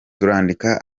turandika